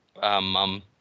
mum